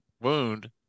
wound